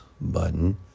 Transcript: button